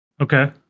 Okay